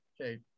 Okay